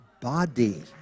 body